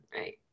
Right